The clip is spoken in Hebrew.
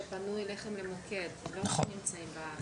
שפנו אליכם למוקד, הם לא רק נמצאים בארץ.